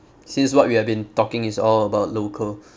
since what we have been talking is all about local